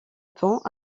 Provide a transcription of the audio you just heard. temps